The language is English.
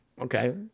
Okay